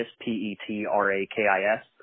P-E-T-R-A-K-I-S